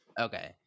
Okay